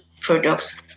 products